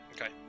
okay